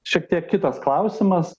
šiek tiek kitas klausimas